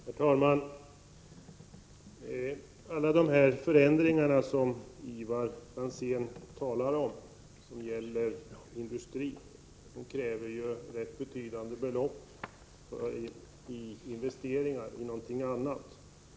Herr talman! Alla dessa förändringar som Ivar Franzén talar om och som gäller industrin kräver ju rätt betydande investeringar.